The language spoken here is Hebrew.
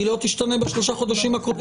היא לא תשתנה בשלושה החודשים הקרובים?